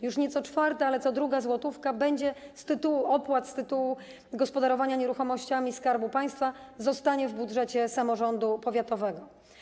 Już nie co czwarta, ale co druga złotówka z opłat z tytułu gospodarowania nieruchomościami Skarbu Państwa zostanie w budżecie samorządu powiatowego.